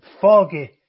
foggy